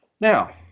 Now